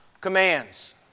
commands